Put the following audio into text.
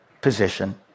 position